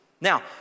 Now